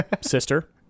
sister